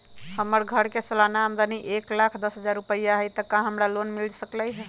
हमर घर के सालाना आमदनी एक लाख दस हजार रुपैया हाई त का हमरा लोन मिल सकलई ह?